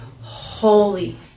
holy